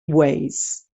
ways